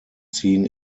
seen